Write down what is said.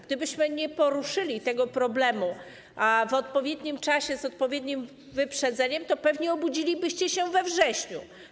Gdybyśmy nie poruszyli tego problemu w odpowiednim czasie, z odpowiednim wyprzedzeniem, to pewnie obudzilibyście się we wrześniu.